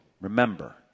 Remember